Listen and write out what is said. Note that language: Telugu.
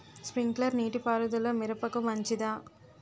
స్ప్రింక్లర్ నీటిపారుదల మిరపకు మంచిదా?